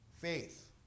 Faith